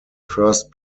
first